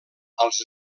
als